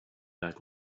back